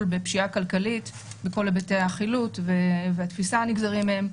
בפשיעה הכלכלית בכל היבטי החילוט והתפיסה הנגזרים מהם.